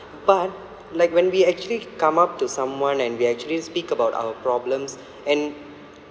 but like when we actually come up to someone and we actually speak about our problems and